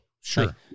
Sure